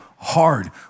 Hard